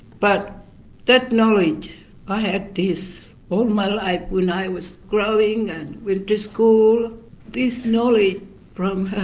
but that knowledge i had this all my life when i was growing and went to school this knowledge from